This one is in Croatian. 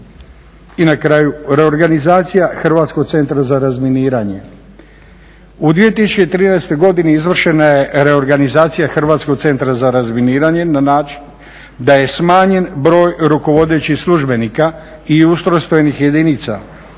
I na kraju, reorganizacija Hrvatskog centra za razminiranje. U 2013.godini izvršena je reorganizacija Hrvatskog centra za razminiranje na način da je smanjen broj rukovodećih službenika i ustrojstvenih jedinica,